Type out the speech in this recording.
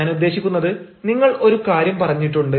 ഞാൻ ഉദ്ദേശിക്കുന്നത് നിങ്ങൾ ഒരു കാര്യം പറഞ്ഞിട്ടുണ്ട്